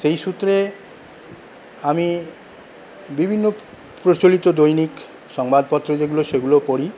সেই সূত্রে আমি বিভিন্ন প্রচলিত দৈনিক সংবাদপত্র যেগুলো সেগুলো পড়ি